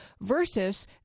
versus